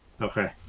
Okay